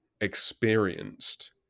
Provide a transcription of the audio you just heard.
experienced